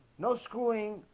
no screwing.